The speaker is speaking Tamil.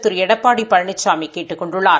திரு எடப்பாடி பழனிசாமி கேட்டுக் கொண்டுள்ளார்